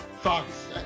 fox